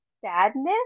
sadness